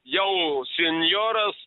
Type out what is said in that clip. jau senjoras